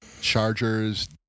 Chargers